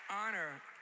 honor